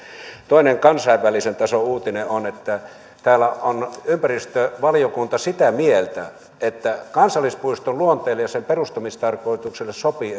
toinen kansainvälisen tason uutinen on että täällä on ympäristövaliokunta sitä mieltä että kansallispuiston luonteelle ja sen perustamistarkoitukseen sopii